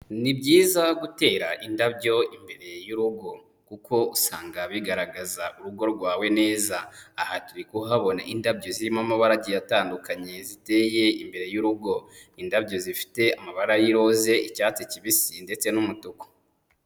Ni byiza gutera indabyo imbere y'urugo kuko usanga bigaragaza urugo rwawe neza, aha turi kuhabona indabyo zirimo amabara agiye atandukanye ziteye imbere y'urugo, indabyo zifite amabara y'iroze, icyatsi kibisi ndetse n'umutuku.